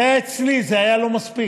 זה היה אצלי, זה היה לא מספיק,